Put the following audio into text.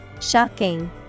Shocking